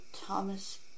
thomas